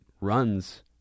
runs